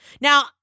Now